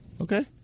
Okay